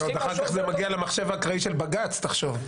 ועוד אחר כך זה מגיע למחשב אקראי של בג"ץ, תחשוב.